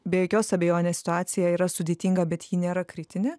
be jokios abejonės situacija yra sudėtinga bet ji nėra kritinė